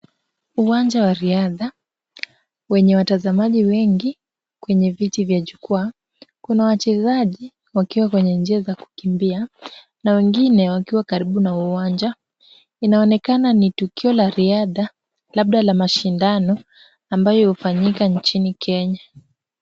Uwanja wa riadha wenye watazamaji wengi kwenye viti vya jukwaa. Kuna wachezaji wakiwa kwenye njia za kukimbia na wengine wakiwa karibu na uwanja. Inaonekana ni tukio la riadha labda la mashindano ambayo hufanyika nchini Kenya.